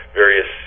various